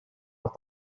with